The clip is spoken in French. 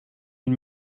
une